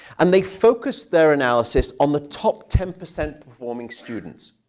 and they focused their analysis on the top ten percent performing students,